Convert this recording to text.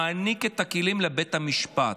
מעניק את הכלים לבית המשפט.